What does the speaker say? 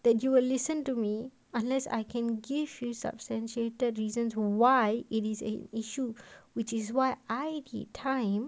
that you will listen to me unless I can give you substantiated reason to why it is a issue which is why I need time